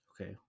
Okay